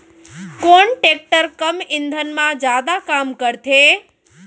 कोन टेकटर कम ईंधन मा जादा काम करथे?